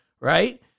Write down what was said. right